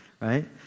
right